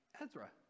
Ezra